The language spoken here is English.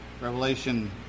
Revelation